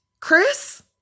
Chris